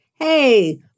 Hey